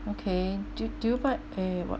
okay do do you but eh what